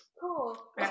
cool